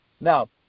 now